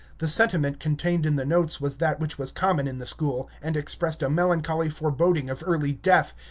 the sentiment contained in the notes was that which was common in the school, and expressed a melancholy foreboding of early death,